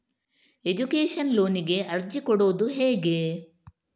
Education ಲೋನಿಗೆ ಅರ್ಜಿ ಕೊಡೂದು ಹೇಗೆ?